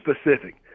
specific